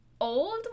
Old